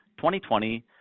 2020